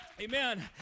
Amen